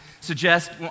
suggest